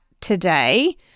today